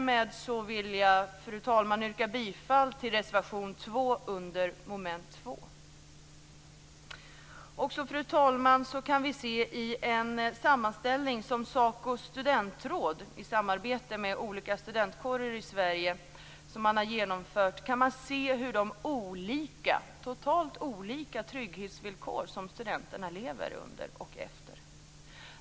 Med detta vill jag, fru talman, yrka bifall till reservation 2 under mom. 2. Fru talman! I en sammanställning som SACO:s studentråd i samarbete med olika studentkårer i Sverige har genomfört kan man se hur totalt olika trygghetsvillkor som studenterna lever under.